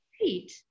great